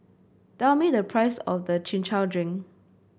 tell me the price of the Chin Chow Drink